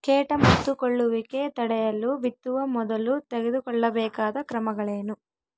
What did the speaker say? ಕೇಟ ಮುತ್ತಿಕೊಳ್ಳುವಿಕೆ ತಡೆಯಲು ಬಿತ್ತುವ ಮೊದಲು ತೆಗೆದುಕೊಳ್ಳಬೇಕಾದ ಕ್ರಮಗಳೇನು?